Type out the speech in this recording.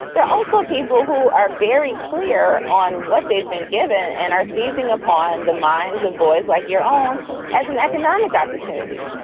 there are also people who are very clear on what they've been given and are seizing upon the minds of boys like your own as an economic opportunity.